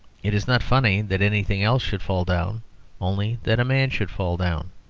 it is not funny that anything else should fall down only that a man should fall down.